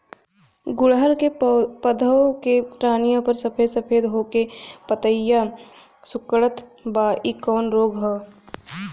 गुड़हल के पधौ के टहनियाँ पर सफेद सफेद हो के पतईया सुकुड़त बा इ कवन रोग ह?